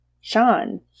Sean